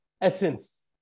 essence